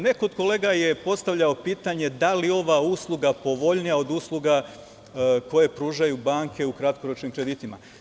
Neko od kolega je postavio pitanje - da li je ova usluga povoljnija od usluga koje pružaju banke u kratkoročnim kreditima?